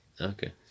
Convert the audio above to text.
Okay